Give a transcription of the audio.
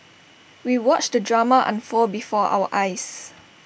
we watched the drama unfold before our eyes